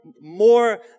more